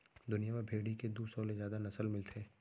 दुनिया म भेड़ी के दू सौ ले जादा नसल मिलथे